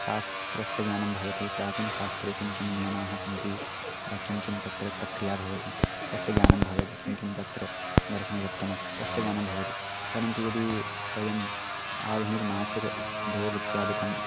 शास्त्रस्य ज्ञानं भवति प्राचीनशास्त्रे के के नियमाः सन्ति का का तत्र प्रक्रिया भवति तस्य ज्ञानं भवति किं किं तत्र दर्शनतत्त्वमस्ति तस्य ज्ञानं भवति परन्तु यदि वयम् आधुनिकमासिकं ब्लोग् इत्यादिकं